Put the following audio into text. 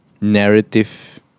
Narrative